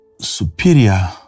superior